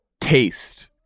taste